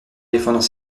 défendant